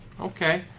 Okay